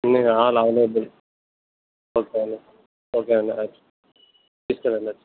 అన్ని all available okay అండి okay అండి తీసుకెళ్ళండి